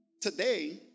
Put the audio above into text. Today